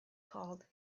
called